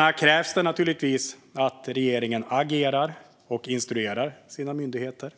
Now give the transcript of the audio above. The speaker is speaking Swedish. Här krävs det naturligtvis att regeringen agerar och instruerar sina myndigheter.